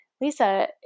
Lisa